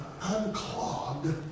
unclogged